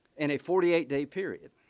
and a forty eight day period.